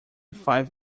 five